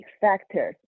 factors